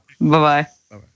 Bye-bye